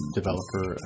developer